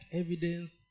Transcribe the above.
evidence